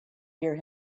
hear